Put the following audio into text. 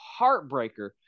heartbreaker